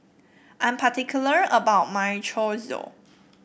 I'm particular about my Chorizo